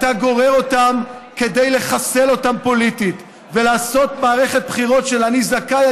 אתה גורר אותם כדי לחסל אותם פוליטית ולעשות מערכת בחירות של: אני זכאי,